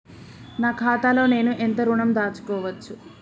నా ఖాతాలో నేను ఎంత ఋణం దాచుకోవచ్చు?